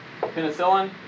penicillin